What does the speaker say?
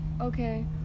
Okay